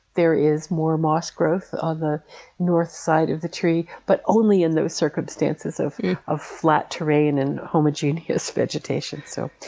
there is more moss growth on ah the north side of the tree, but only in those circumstances of of flat terrain and homogeneous vegetation. so,